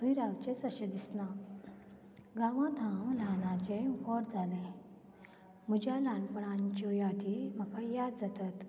थंय रावचेंच अशें दिसना गांवांत हांव ल्हानाचें व्हड जालें म्हज्या ल्हानपणांच्यो यादी म्हाका याद जातात